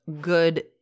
good